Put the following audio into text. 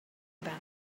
about